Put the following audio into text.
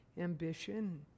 ambition